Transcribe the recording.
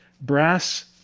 brass